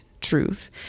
truth